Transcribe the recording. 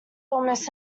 almost